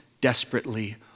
desperately